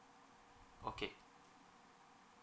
okay